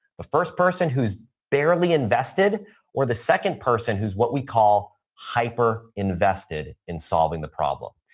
the first person who's barely invested or the second person who's what we call hyper invested in solving the problem.